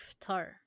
iftar